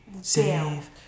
Save